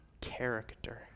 character